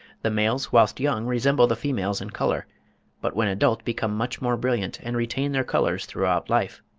the males whilst young resemble the females in colour but when adult become much more brilliant, and retain their colours throughout life.